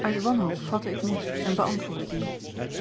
uit wanhoop vatte ik moed en beantwoordde dien